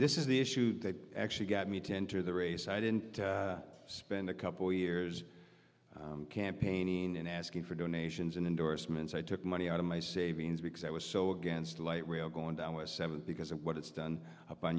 this is the issue that actually got me to enter the race i didn't spend a couple years campaigning in asking for donations and endorsements i took money out of my savings because i was so against a light rail going down with seven because of what it's done upon